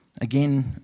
Again